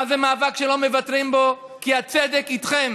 מה זה מאבק שלא מוותרים בו, כי הצדק איתכם.